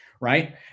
right